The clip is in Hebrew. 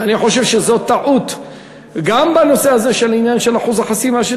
אני חושב שזאת טעות גם בנושא אחוז החסימה.